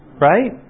right